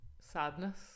sadness